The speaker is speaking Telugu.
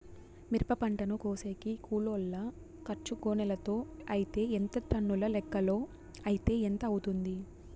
మిరప పంటను కోసేకి కూలోల్ల ఖర్చు గోనెలతో అయితే ఎంత టన్నుల లెక్కలో అయితే ఎంత అవుతుంది?